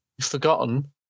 Forgotten